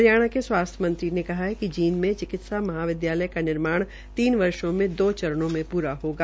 हरियाणा के स्वास्थ्य मंत्री ने कहा कि जींद में चिकित्सा महाविदयालय का निर्माणाधीन तीन वर्षो में दो चरणों पूरा होगा